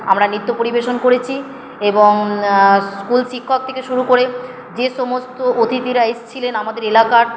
আমরা নৃত্য পরিবেশন করেছি এবং স্কুল শিক্ষক থেকে শুরু করে যে সমস্ত অতিথিরা এসেছিলেন আমাদের এলাকার